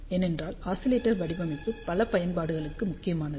ஏனென்றால் ஆஸிலேட்டர் வடிவமைப்பு பல பயன்பாடுகளுக்கு முக்கியமானது